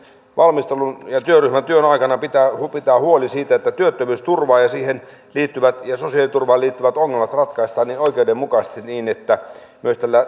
valmistelun ja työryhmän työn aikana pitää pitää huoli siitä että työttömyysturvaan ja sosiaaliturvaan liittyvät ongelmat ratkaistaan oikeudenmukaisesti niin että myös